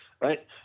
right